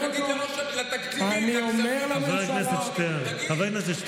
תגיד אותו לתקציבים, לכספים הקואליציוניים.